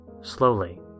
Slowly